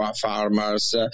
farmers